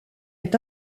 est